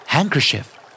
Handkerchief